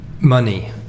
money